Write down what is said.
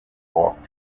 off